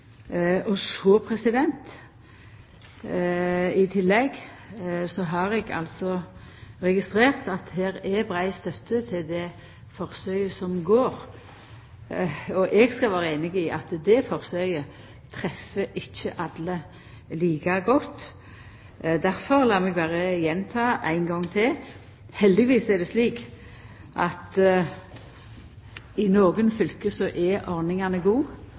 skal sjå nærmare på, og i tillegg har eg registrert at det er brei støtte til det forsøket som er i gang. Eg kan vera einig i at det forsøket treffer ikkje alle like godt. Lat meg difor gjenta det ein gong til: Heldigvis er det slik at i nokre fylke er